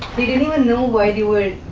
did anyone know why they were